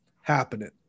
happening